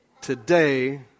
today